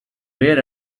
where